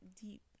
deep